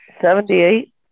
seventy-eight